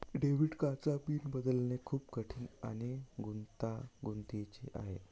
debit कार्डचा PIN बदलणे खूप कठीण आणि गुंतागुंतीचे आहे